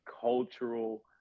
cultural